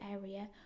area